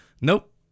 Nope